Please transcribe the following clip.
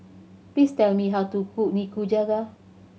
please tell me how to cook Nikujaga